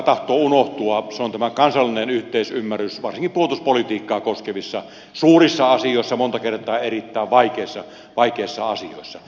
se on tämä kansallinen yhteisymmärrys varsinkin puolustuspolitiikkaa koskevissa suurissa asioissa monta kertaa erittäin vaikeissa asioissa